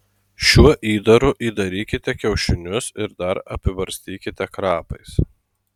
šiuo įdaru įdarykite kiaušinius ir dar apibarstykite krapais